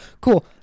Cool